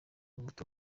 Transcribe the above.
muto